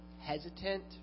hesitant